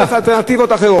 הציבור יחפש אלטרנטיבות אחרות.